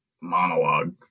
monologue